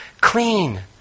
clean